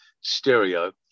stereo